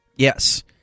Yes